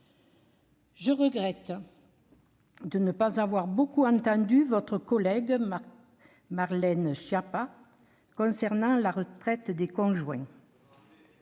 Je regrette de ne pas avoir beaucoup entendu votre collègue Marlène Schiappa concernant la retraite des conjoints.